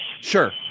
Sure